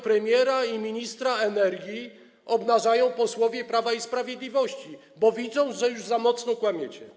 Premiera i ministra energii obnażają już posłowie Prawa i Sprawiedliwości, bo widzą, że ci już za mocno kłamią.